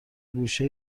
گوشه